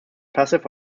passive